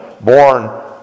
born